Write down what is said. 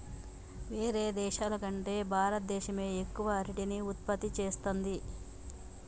వేరే దేశాల కంటే భారత దేశమే ఎక్కువ అరటిని ఉత్పత్తి చేస్తంది